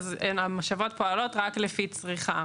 המשאבות פועלות רק לפי צריכה.